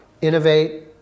innovate